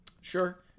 Sure